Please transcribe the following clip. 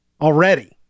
already